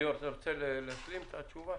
ליאור אתה ורצה להשלים את התשובה?